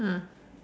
ah